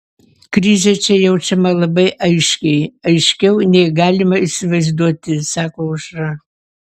krizė čia jaučiama labai aiškiai aiškiau nei galima įsivaizduoti sako aušra